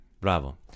Bravo